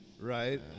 Right